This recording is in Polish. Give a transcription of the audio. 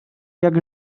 jak